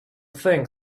thing